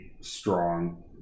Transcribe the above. strong